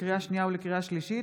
לקריאה שנייה ולקריאה שלישית,